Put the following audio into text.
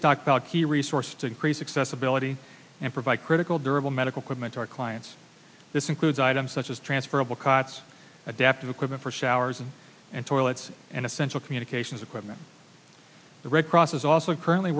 stockpiled key resources to increase accessibility and provide critical durable medical corpsman to our clients this includes items such as transferable cots adaptive equipment for showers and toilets and essential communications equipment the red cross is also currently